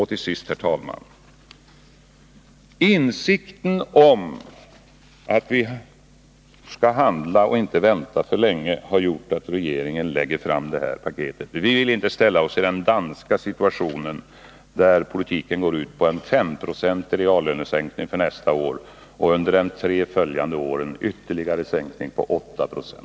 Till sist: Insikten om att vi måste handla och inte vänta för länge har gjort att regeringen nu lägger fram detta sparpaket. Vi vill inte ställa oss i den danska situationen, där politiken går ut på en femprocentig reallönesänkning nästa år och en ytterligare sänkning på 8 20 under de tre följande åren.